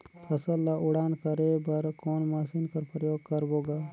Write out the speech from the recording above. फसल ल उड़ान करे बर कोन मशीन कर प्रयोग करबो ग?